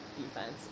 defense